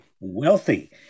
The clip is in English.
wealthy